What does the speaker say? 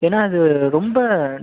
ஏன்னா அது ரொம்ப